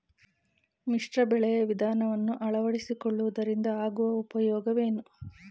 ಮಿಶ್ರ ಬೆಳೆಯ ವಿಧಾನವನ್ನು ಆಳವಡಿಸಿಕೊಳ್ಳುವುದರಿಂದ ಆಗುವ ಉಪಯೋಗವೇನು?